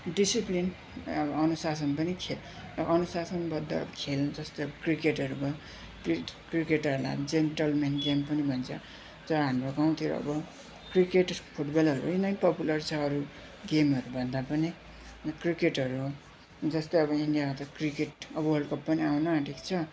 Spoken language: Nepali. डिसिप्लिन अनुशासन पनि अनुशासनबद्ध खेल जस्तै क्रिकेटहरू भयो त्यो क्रिकेटहरूलाई जेन्टलमेन गेम पनि भन्छ तर हाम्रो गाउँतिर अब क्रिकेट फुटबलहरू नै पपुलर छ अरू गेमहरूभन्दा पनि क्रिकेटहरू जस्तै अब इन्डियामा त क्रिकेट अब वर्ल्ड कप पनि आउन आँटेको छ